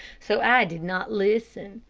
so i did not listen.